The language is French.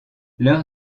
leur